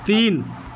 تین